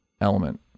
element